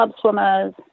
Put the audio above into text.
swimmers